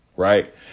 Right